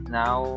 now